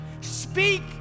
Speak